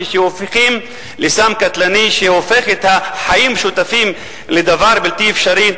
כשהם הופכים לסם קטלני שהופך את החיים המשותפים לדבר בלתי אפשרי,